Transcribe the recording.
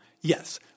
yes